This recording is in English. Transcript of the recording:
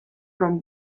from